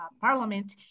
parliament